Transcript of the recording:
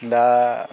दा